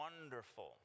wonderful